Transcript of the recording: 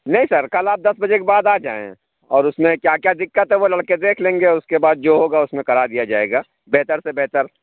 نہیں سر کل آپ دس بجے كے بعد آ جائیں اور اُس میں كیا كیا دقت ہے وہ لڑكے دیكھ لیں گے اُس كے بعد جو ہوگا اُس میں كرا دیا جائے گا بہتر سے بہتر